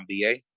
ba